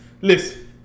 listen